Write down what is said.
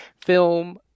film